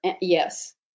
Yes